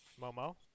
Momo